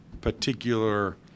particular